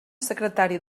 secretari